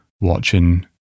watching